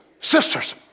sisters